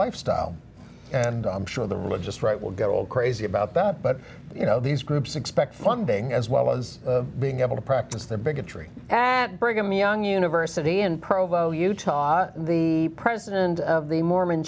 lifestyle and i'm sure the religious right will go all crazy about that but you know these groups expect funding as well as being able to practice their bigotry brigham young university in provo utah the president of the mormon